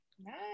Nice